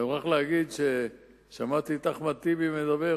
אני מוכרח להגיד ששמעתי את אחמד טיבי מדבר,